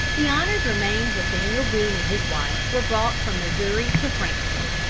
the honored remains of daniel boone and his wife were brought from missouri to frankfort,